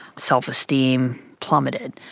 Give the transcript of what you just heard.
self-esteem plummeted.